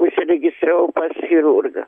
užsiregistravau pas chirurgą